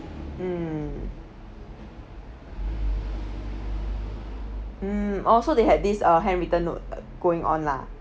mm mm oh so they had this uh handwritten note going on lah